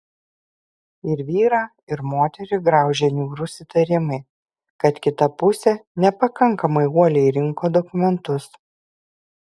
ir vyrą ir moterį graužia niūrus įtarimai kad kita pusė nepakankamai uoliai rinko dokumentus